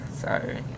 sorry